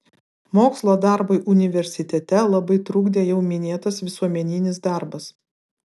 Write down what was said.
mokslo darbui universitete labai trukdė jau minėtas visuomeninis darbas